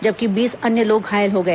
जबकि बीस अन्य लोग घायल हो गए